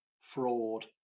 fraud